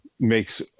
makes